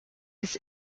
his